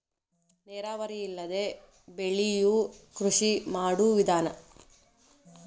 ನೇರಾವರಿ ಇಲ್ಲದೆ ಬೆಳಿಯು ಕೃಷಿ ಮಾಡು ವಿಧಾನಾ